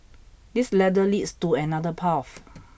this ladder leads to another path